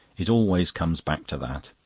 it always comes back to that.